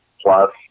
plus